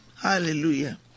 Hallelujah